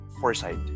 foresight